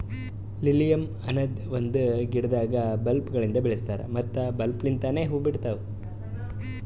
lilium ಅನದ್ ಒಂದು ಗಿಡದಾಗ್ ಬಲ್ಬ್ ಗೊಳಿಂದ್ ಬೆಳಸ್ತಾರ್ ಮತ್ತ ಬಲ್ಬ್ ಲಿಂತನೆ ಹೂವು ಬಿಡ್ತಾವ್